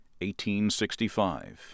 1865